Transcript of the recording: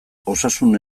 osasun